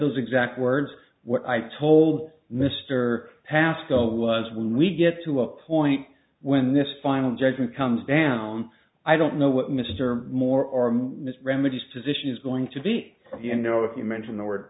those exact words what i told mr pascoe was when we get to a point when this final judgment comes down i don't know what mr moore or mr remedies position is going to be you know if you mention the word